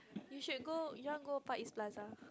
you should go Younger Far-East-Plaza